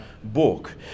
Book